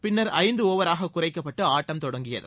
பின்னர் ஐந்து ஒவராக குறைக்கப்பட்டு ஆட்டம் தொடங்கியது